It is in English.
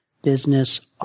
Business